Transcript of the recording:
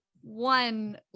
one